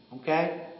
Okay